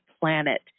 Planet